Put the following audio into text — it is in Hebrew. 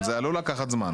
אבל זה עלול לקחת זמן.